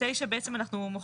9 בעצם אנחנו מוחקים.